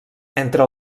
entre